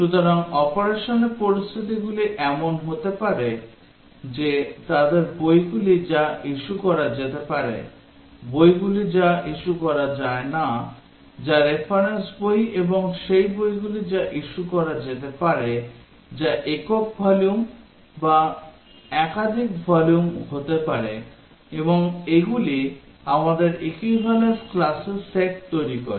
সুতরাং অপারেশনের পরিস্থিতিগুলি এমন হতে পারে যে তাদের বইগুলি যা issue করা যেতে পারে বইগুলি যা issue করা যায় না যা reference বই এবং সেই বইগুলি যা issue করা যেতে পারে যা একক ভলিউম বা একাধিক ভলিউম হতে পারে এবং এগুলি আমাদের equivalence classর সেট তৈরি করে